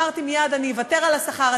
אמרתי מייד: אני אוותר על השכר,